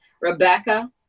rebecca